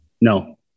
No